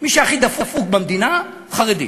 מי שהכי דפוק במדינה, חרדי.